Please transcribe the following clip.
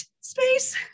space